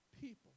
people